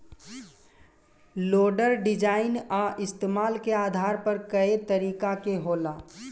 loader design आ इस्तमाल के आधार पर कए तरीका के होला